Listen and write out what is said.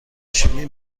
شیمی